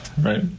right